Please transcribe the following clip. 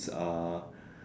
uh